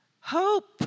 hope